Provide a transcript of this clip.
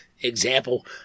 example